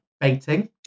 baiting